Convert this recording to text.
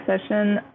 session